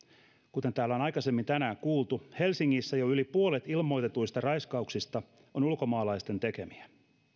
kuten täällä on aikaisemmin tänään kuultu helsingissä jo yli puolet ilmoitetuista raiskauksista on ulkomaalaisten tekemiä